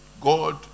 God